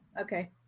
Okay